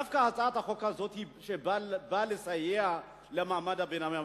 דווקא הצעת החוק הזאת באה לסייע למעמד הביניים.